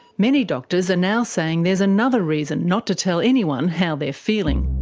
many doctors are now saying there's another reason not to tell anyone how they're feeling.